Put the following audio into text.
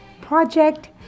Project